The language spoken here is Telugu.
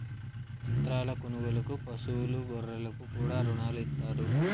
యంత్రాల కొనుగోలుకు పశువులు గొర్రెలకు కూడా రుణాలు ఇత్తారు